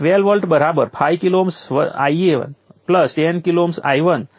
તેને ડીલીવર કરવામાં આવતી એનર્જી 12CVc2હશે કારણ કે સ્ક્વેર ટર્મના કારણે એનર્જીનો આ જથ્થો પોઝિટિવ હશે